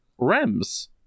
Rems